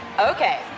Okay